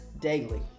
daily